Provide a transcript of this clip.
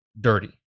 dirty